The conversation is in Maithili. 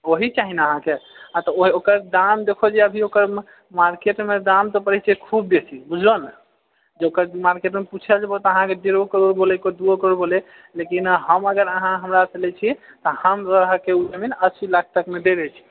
ओहि चाही ने अहाँकेँ आ तऽ ओकर दाम देखो जे अभी ओकर मार्केटमे दाम तऽ पड़ै छै खूब बेसी बुझलऽने जे ओकर मार्केटमे पूछए जेबहो तऽ अहाँकेँ डेढो करोड़ बोलै कोइ दुओ करोड़ बोलै लेकिन हम अगर अहाँ हमरासँ लए छी तऽ हम अहाँकेँ ओ जमीन अस्सी लाख तकमे दए दै छी